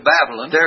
Babylon